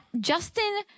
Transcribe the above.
Justin